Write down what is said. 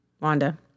Wanda